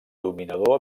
dominador